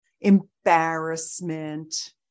embarrassment